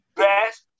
best